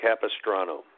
Capistrano